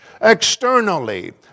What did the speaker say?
externally